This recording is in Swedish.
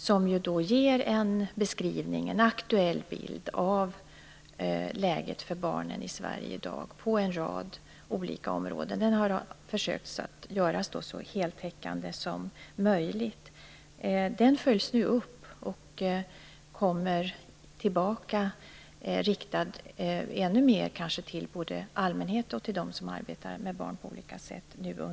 Den ger på en rad olika områden en aktuell bild av läget för barnen i Sverige i dag. Den har man försökt göra så heltäckande som möjligt. Den följs nu upp och kommer tillbaka i form av en tryckt skrift under våren, kanske ännu mer riktad både mot allmänheten och mot dem som arbetar med barn på olika sätt.